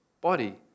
body